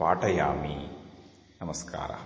पाठयामि नमस्कारः